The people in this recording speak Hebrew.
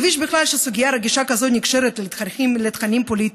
מביש בכלל שסוגיה רגישה כזאת נקשרת לתככים פוליטיים.